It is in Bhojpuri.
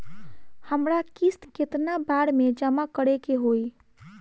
हमरा किस्त केतना बार में जमा करे के होई?